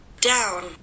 down